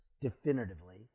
definitively